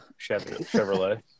Chevrolet